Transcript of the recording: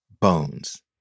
Bones